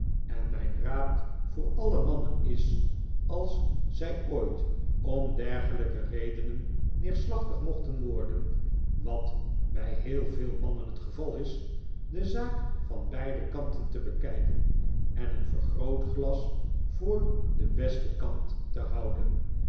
en mijn raad voor alle mannen is als zij ooit om dergelijke redenen neerslachtig mochten worden wat bij heel veel mannen het geval is de zaak van beide kanten te bekijken en een vergrootglas voor den besten kant te houden